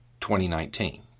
2019